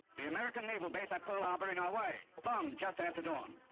the american naval base at pearl harbor in hawaii, bombed just after dawn.